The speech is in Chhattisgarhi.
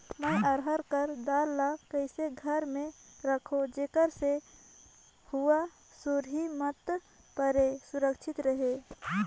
मैं अरहर कर दाल ला कइसे घर मे रखों जेकर से हुंआ सुरही मत परे सुरक्षित रहे?